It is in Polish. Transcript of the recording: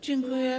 Dziękuję.